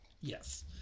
Yes